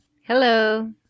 Hello